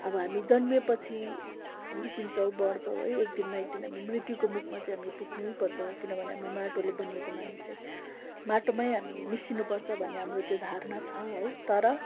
अब हामी जन्मेपछि हुर्किन्छौँ बढ्छौँ है एक दिन न एक दिन हामी मृत्युको मुखमा चाहिँ हामी पुग्नैपर्छ किनभने हामी माटोले बनिएको मान्छे माटोमै हामी मिसिनु पर्छ भन्ने हाम्रो त्यो धारणा छ है तर